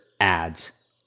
ads